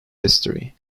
history